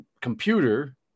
computer